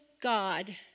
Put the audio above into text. God